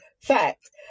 fact